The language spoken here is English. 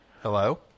Hello